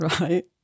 Right